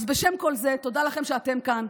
אז בשם כל זה, תודה לכם שאתם כאן.